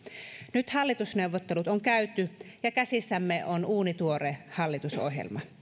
nyt hallitusneuvottelut on käyty ja käsissämme on uunituore hallitusohjelma